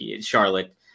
Charlotte